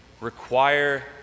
require